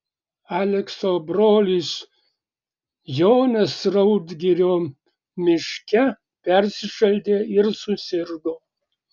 alekso brolis jonas raudgirio miške persišaldė ir susirgo